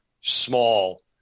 small